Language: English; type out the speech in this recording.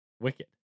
wicked